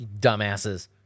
dumbasses